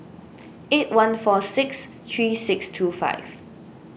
eight one four six three six two five